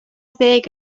ddeg